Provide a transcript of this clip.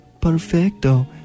Perfecto